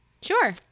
Sure